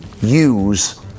use